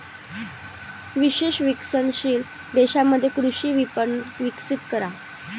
विशेषत विकसनशील देशांमध्ये कृषी विपणन विकसित करा